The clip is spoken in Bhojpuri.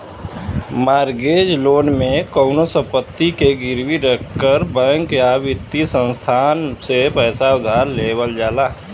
मॉर्गेज लोन में कउनो संपत्ति के गिरवी रखकर बैंक या वित्तीय संस्थान से पैसा उधार लेवल जाला